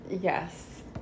Yes